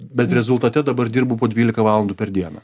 bet rezultate dabar dirbu po dvylika valandų per dieną